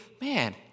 man